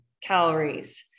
calories